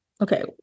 Okay